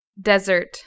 Desert